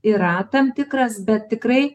yra tam tikras bet tikrai